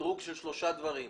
מדרוג של שלושה דברים,